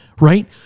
right